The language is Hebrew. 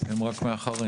הם רק מאחרים.